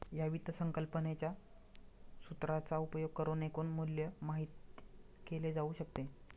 या वित्त संकल्पनेच्या सूत्राचा उपयोग करुन एकूण मूल्य माहित केले जाऊ शकते